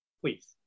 please